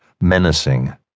menacing